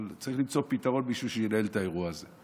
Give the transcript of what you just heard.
אבל צריך למצוא פתרון ושמישהו ינהל את האירוע הזה.